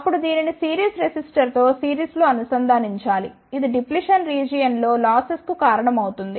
అప్పుడు దీనిని సిరీస్ రెసిస్టర్తో సిరీస్లో అనుసంధానించాలి ఇది డిప్లిషన్ రీజియన్ లో లాసెస్ కు కారణమవుతుంది